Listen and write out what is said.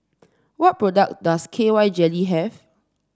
what products does K Y Jelly have